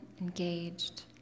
engaged